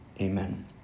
amen